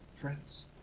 friends